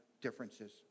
differences